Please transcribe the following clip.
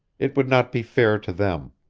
it would not be fair to them.